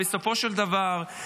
בסופו של דבר,